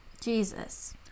Jesus